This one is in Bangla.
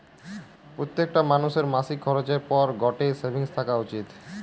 প্রত্যেকটা মানুষের মাসিক খরচের পর গটে সেভিংস থাকা উচিত